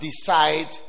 decide